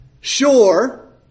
sure